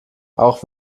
auch